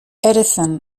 edison